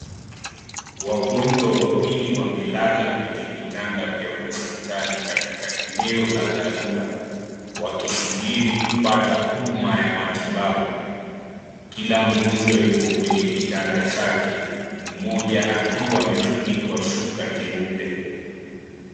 Wagonjwa wawili wamelala kwenye vitanda vya hosipitali katika eneo la dharura. Wakisubiri kupata huduma ya matibabu. Kila mgonjwa yuko kwenye kitanda chake. Mmoja akiwa amefunikwa shuka jeupe.